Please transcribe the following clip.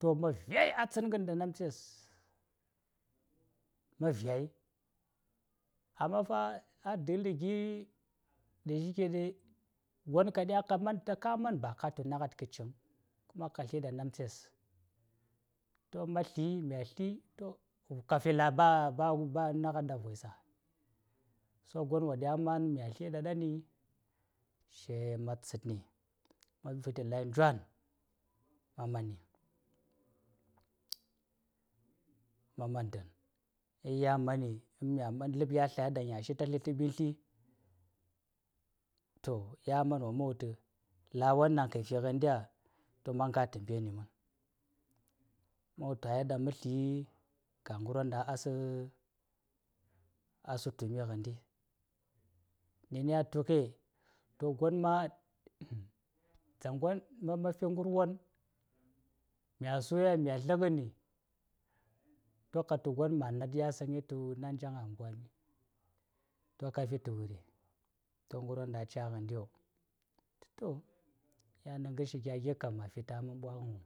to ma vyai a tsangan ɗa namtses, ma̱ vyai. Amma ma̱ a ɗalli gi gwon ka ɗya ka man, ta ka ma̱n ba ka tu naghad ka ciŋ, kuma ka sla ɗa namtses. To ma̱ sla mya sla, to, ka fila ba-ba-ba naghad ɗa vwạsa? Ko gwon wo ɗya man mya slaɗa ɗanni, ka yel ma̱ tsatni, ma̱ gara ŋa njwa̱tn, ma̱ mani, ma̱ man dan. In ya mani, in mya man lab ya slay ɗaŋ ca shishermi ta ɓitlɗi, to ya man wo ma̱n wul tu lawon ɗaŋ ka fi ndi ya? To ma̱ nga tamberni man, ma̱ wultu ai ɗan ma sla, ga ngarwon ɗaŋ a sl, a slan tumi ndi. In ya tuli, to gwon ma̱, dzaŋ gwon ma man fi ngarwon, mya su, yan mi-gha sla-ghani, to ka tu gwon ma nad ya saŋay tu namjaŋ a ɓwami. To ka fi ta wuri? To ngarwon ɗaŋ a ca ndiyo. To yan na ngarshi gya gi kam ma̱ fi ta a mari wom.